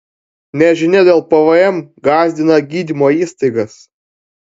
nežinia dėl pvm gąsdina gydymo įstaigas